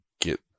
get